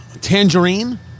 tangerine